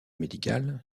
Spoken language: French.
médical